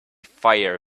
fiery